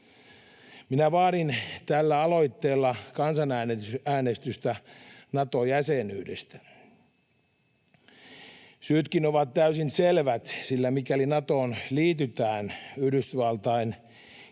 Minä vaadin tällä aloitteella kansanäänestystä Nato-jäsenyydestä. Syytkin ovat täysin selvät, sillä mikäli Natoon liitytään, Yhdysvaltain